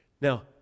Now